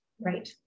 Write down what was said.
Right